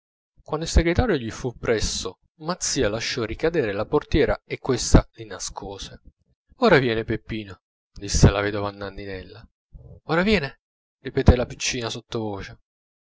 quando il segretario gli fu presso mazzia lasciò ricadere la portiera e questa li nascose ora viene peppino disse la vedova a nanninella ora viene ripetette la piccina sottovoce